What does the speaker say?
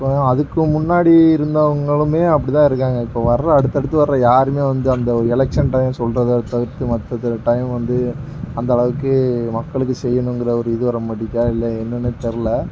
இப்போது அதுக்கு முன்னாடி இருந்தவர்களுமே அப்படிதான் இருக்காங்க இப்போ வர்ற அடுத்தடுத்தை வர்ற யாருமே வந்து அந்த ஒரு எலக்ஷன் டைம் சொல்கிறத தவிர்த்து மற்ற டைம் வந்து அந்தளவுக்கு மக்களுக்கு செய்யணுங்கிற ஒரு இது வர மாட்டேங்தா இல்லை என்னென்னுன்னு தெரில